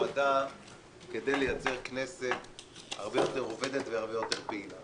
נועד ליצר כנסת הרבה יותר עובדת והרבה יותר פעילה.